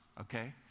okay